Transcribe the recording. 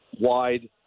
wide